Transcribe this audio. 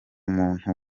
muntu